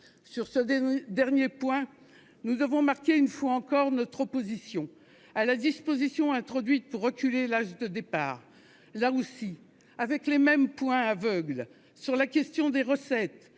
Sur ce dernier point, nous devons marquer, une fois encore, notre opposition à la disposition introduite pour reculer l'âge de départ, là aussi avec les mêmes points aveugles sur la question des recettes,